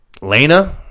Lena